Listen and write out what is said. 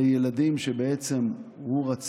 לילדים שהוא רצח